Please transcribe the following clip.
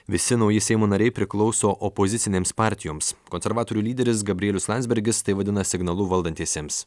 visi nauji seimo nariai priklauso opozicinėms partijoms konservatorių lyderis gabrielius landsbergis tai vadina signalu valdantiesiems